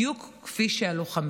בדיוק כמו הלוחמים.